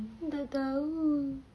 aku tak [tau]